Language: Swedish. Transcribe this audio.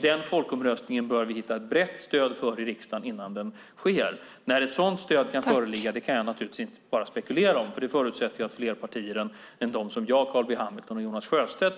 Den folkomröstningen bör vi hitta ett brett stöd för i riksdagen innan den sker. När ett sådant stöd kan föreligga kan jag naturligtvis bara spekulera om, för det förutsätter att fler partier än de jag, Carl B Hamilton och Jonas Sjöstedt